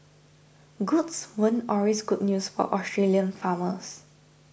goats weren't always good news for Australian farmers